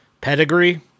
pedigree